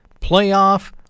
playoff